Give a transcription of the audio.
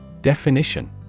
Definition